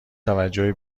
توجه